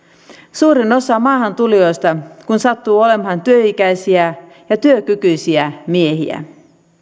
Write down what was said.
suurin osa maahantulijoista kun sattuu olemaan työikäisiä ja työkykyisiä miehiä